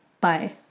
Bye